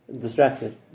distracted